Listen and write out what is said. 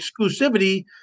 exclusivity